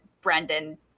Brendan